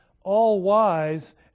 all-wise